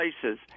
places